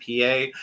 PA